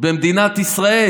במדינת ישראל,